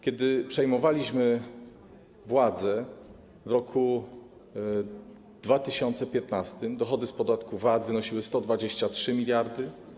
Kiedy przejmowaliśmy władzę w roku 2015, dochody z podatku VAT wynosiły 123 mld.